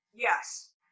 Yes